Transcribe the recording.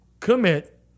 Commit